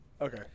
Okay